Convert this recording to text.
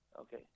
Okay